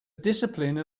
discipline